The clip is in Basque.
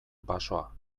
basoa